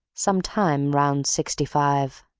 some time round sixty-five.